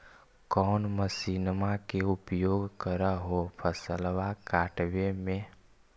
कौन मसिंनमा के उपयोग कर हो फसलबा काटबे में?